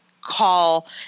call